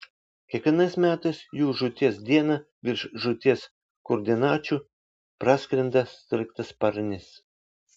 kiekvienais metais jų žūties dieną virš žūties koordinačių praskrenda sraigtasparnis